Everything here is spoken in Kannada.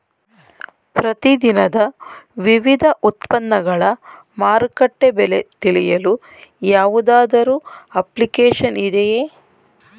ಪ್ರತಿ ದಿನದ ವಿವಿಧ ಉತ್ಪನ್ನಗಳ ಮಾರುಕಟ್ಟೆ ಬೆಲೆ ತಿಳಿಯಲು ಯಾವುದಾದರು ಅಪ್ಲಿಕೇಶನ್ ಇದೆಯೇ?